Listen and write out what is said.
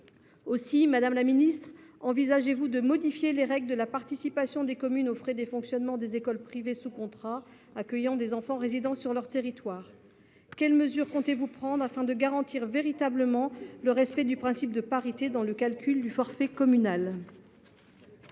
Aussi, madame la ministre, envisagez vous de modifier les règles de participation des communes aux frais de fonctionnement des écoles privées sous contrat accueillant des enfants résidant dans leur territoire ? Quelles mesures comptez vous prendre pour garantir véritablement le respect du principe de parité dans le calcul du forfait communal ?